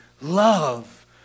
love